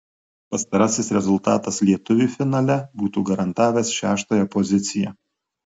pastarasis rezultatas lietuviui finale būtų garantavęs šeštąją poziciją